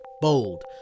Bold